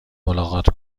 ملاقات